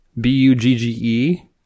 B-U-G-G-E